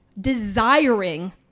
desiring